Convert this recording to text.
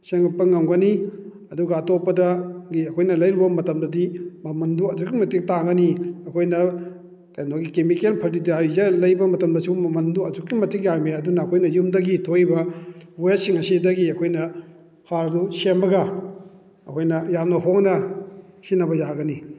ꯁꯦꯝꯒꯠꯄ ꯉꯝꯒꯅꯤ ꯑꯗꯨꯒ ꯑꯇꯣꯞꯗꯒꯤ ꯑꯩꯈꯣꯏꯅ ꯂꯩꯔꯨꯕ ꯃꯇꯝꯗꯗꯤ ꯃꯃꯟꯗꯣ ꯑꯗꯨꯛꯀꯤ ꯃꯇꯤꯛ ꯇꯥꯡꯒꯅꯤ ꯑꯩꯈꯣꯏꯅ ꯀꯩꯅꯣꯒꯤ ꯀꯦꯃꯤꯀꯦꯜ ꯐꯔꯇꯤꯗꯥꯏꯖꯔ ꯂꯩꯕ ꯃꯇꯝꯗꯁꯨ ꯃꯃꯟꯗꯣ ꯑꯁꯨꯛꯀꯤ ꯃꯇꯤꯛ ꯌꯥꯝꯃꯤ ꯑꯗꯨꯅ ꯑꯩꯈꯣꯏꯅ ꯌꯨꯝꯗꯒꯤ ꯊꯣꯛꯏꯕ ꯋꯦꯁꯁꯤꯡ ꯑꯁꯤꯗꯒꯤ ꯑꯩꯈꯣꯏꯅ ꯍꯥꯔꯗꯨ ꯁꯦꯝꯃꯒ ꯑꯩꯈꯣꯏꯅ ꯌꯥꯝꯅ ꯍꯣꯡꯅ ꯁꯤꯖꯤꯟꯅꯕ ꯌꯥꯒꯅꯤ